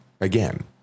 again